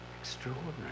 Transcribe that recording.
Extraordinary